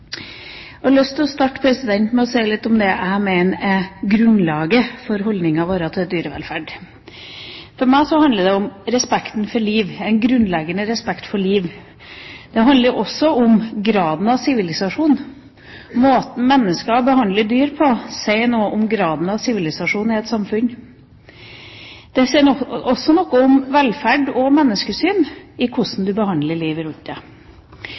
Jeg har lyst til å starte med å si litt om det jeg mener er grunnlaget for holdningen vår til dyrevelferd. For meg handler det om respekten for liv, en grunnleggende respekt for liv. Det handler også om graden av sivilisasjon: Måten mennesker behandler dyr på, sier noe om graden av sivilisasjon i et samfunn. Det sier også noe om velferd og menneskesyn, hvordan du behandler livet rundt deg.